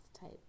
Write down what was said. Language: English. type